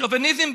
שוביניזם,